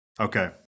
Okay